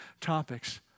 topics